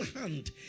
hand